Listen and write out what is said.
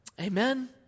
amen